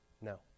No